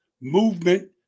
movement